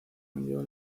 conlleva